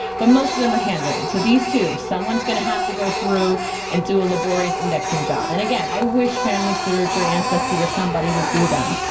but most of them are handwritten. so these too, someone's gonna have to go through and do a laborious indexing job. and again, i wish familysearch or ancestry, or somebody would do them.